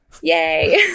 Yay